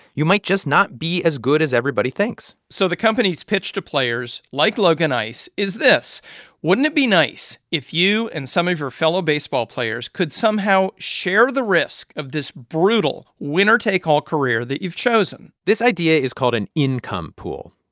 you might just not be as good as everybody thinks so the company's pitch to players like logan ice is this wouldn't it be nice if you and some of your fellow baseball players could somehow share the risk of this brutal, winner-take-all career that you've chosen? this idea is called an income pool,